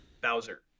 Bowser